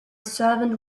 servant